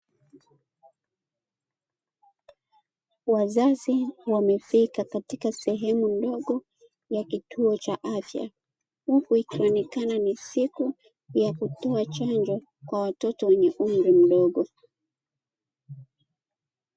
Wazazi wamefika katika sehemu ndogo ya kituo cha afya, huku ikonekana ni siku ya kutoa chanjo, kwa watoto wenye umri mdogo.